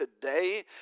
today